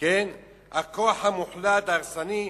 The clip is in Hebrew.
הכוח המוחלט, ההרסני,